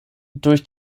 durch